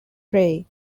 prey